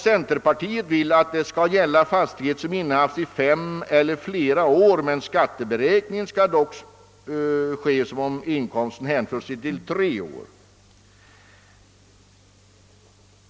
Centerpartiet vill att det skall gälla för fastighet som innehafts i fem eller flera år men att skatteberäkningen skall göras som om vinsten hänför sig till tre år.